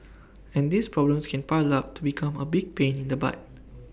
and these problems can pile up to become A big pain in the butt